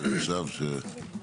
כאן.